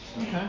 Okay